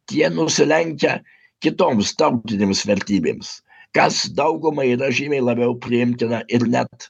tie nusilenkia kitoms tautinėms vertybėms kas daugumai yra žymiai labiau priimtina ir net